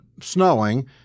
snowing